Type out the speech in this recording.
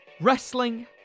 wrestling